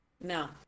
No